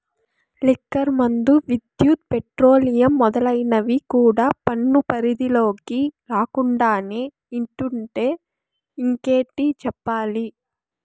liquor మందు, విద్యుత్, petroleum మొదలైనవి కూడా పన్ను పరిధిలోకి రాకుండానే ఇట్టుంటే ఇంకేటి చెప్పాలి